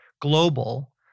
global